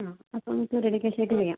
ആ അപ്പം നമുക്ക് റെഡി ക്യാഷ് ആയിട്ട് ചെയ്യാം